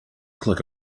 click